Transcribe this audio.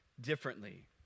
differently